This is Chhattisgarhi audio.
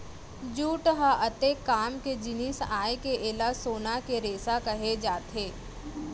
जूट ह अतेक काम के जिनिस आय के एला सोना के रेसा कहे जाथे